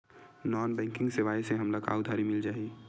Non banking सेवाएं से हमला उधारी मिल जाहि?